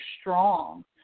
strong